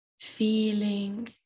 feeling